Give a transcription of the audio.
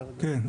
כן.